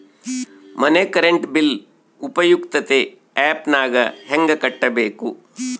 ಮನೆ current bill ಉಪಯುಕ್ತತೆ app ನಾಗ ಹೆಂಗ ಕಟ್ಟಬೇಕು?